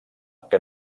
que